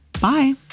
bye